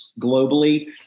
globally